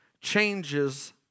changes